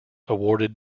awarded